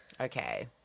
okay